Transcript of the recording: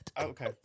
Okay